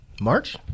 March